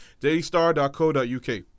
dailystar.co.uk